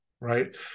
right